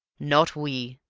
not we!